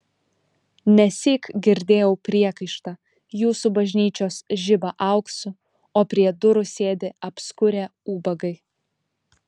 nesyk girdėjau priekaištą jūsų bažnyčios žiba auksu o prie durų sėdi apskurę ubagai